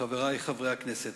חברי חברי הכנסת,